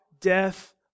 death